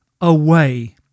away